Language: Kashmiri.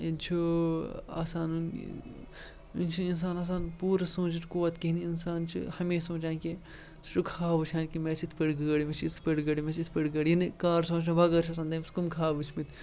چھُ آسان یہِ چھِ اِنسان آسان پوٗرٕ سونٛچنٕچ قُوّت کِہیٖنۍ اِنسان چھِ ہمیشہِ سونٛچان کہِ سُہ چھُ خاب وٕچھان کہِ مےٚ آسہِ یِتھ پٲٹھۍ گٲڑۍ مےٚ چھِ یِتھ پٲٹھۍ گٲڑۍ مےٚ چھِ یِتھ پٲٹھۍ گٲڑۍ یعنی کار سونٛچنہٕ بغٲر چھِ آسان تٔمِس کٕم خاب وٕچھمٕتۍ